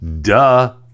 Duh